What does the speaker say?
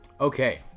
Okay